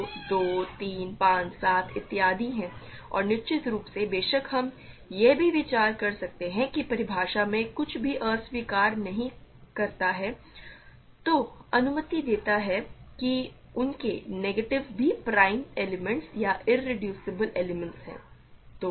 तो 2 3 5 7 इत्यादि हैं और निश्चित रूप से बेशक हम यह भी विचार कर सकते हैं कि परिभाषा में कुछ भी अस्वीकार नहीं करता है ये अनुमति देता है कि उनके नेगेटिव भी प्राइम एलिमेंट्स या इरेड्यूसिबल एलिमेंट्स हैं